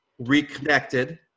reconnected